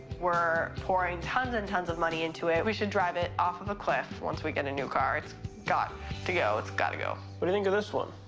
we're pouring tons and tons of money into it. we should drive it off of a cliff once we get a new car. it's got to go. it's got to go. what do you think of this one?